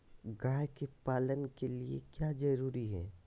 गाय के पालन के लिए क्या जरूरी है?